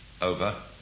over